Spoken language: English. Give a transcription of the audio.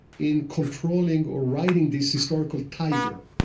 in controlling or riding this historical tiger